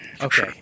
Okay